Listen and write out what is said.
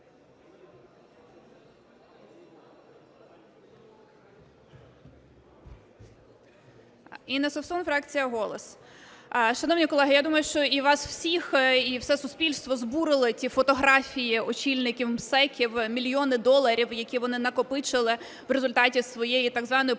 Інна Совсун, фракція "Голос". Шановні колеги, я думаю, що і вас усіх, і все суспільство збурили ті фотографії очільників МСЕК, мільйони доларів, які вони накопичили в результаті своєї так званої